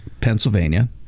Pennsylvania